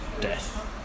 death